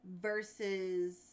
versus